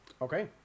Okay